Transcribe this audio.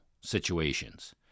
situations